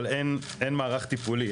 אבל אין מערך טיפולי.